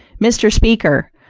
mr. speaker,